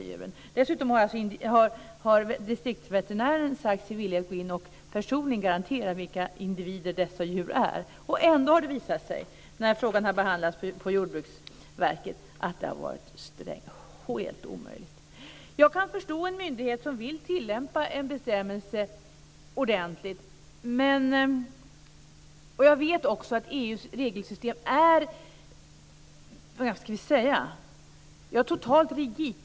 Dessutom har distriktsveterinären sagt sig vilja gå in och personligen garantera vilka individer dessa djur är. Ändå har det visat sig vara helt omöjligt när frågan har behandlats på Jordbruksverket. Jag kan förstå en myndighet som vill tillämpa en bestämmelse ordentligt. Jag vet också att EU:s regler är totalt rigida.